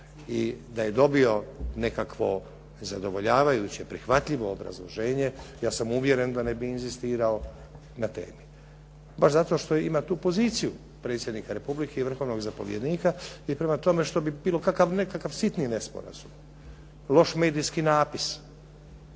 i da je dobio nekakvo zadovoljavajuće, prihvatljivo obrazloženje, ja sam uvjeren da ne bi inzistirao na temi, baš zato što ima tu poziciju predsjednika Republike i vrhovnog zapovjednika i prema tome što bi bilo kakav nekakav sitni nesporazum, loš medijski napis,